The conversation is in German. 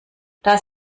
das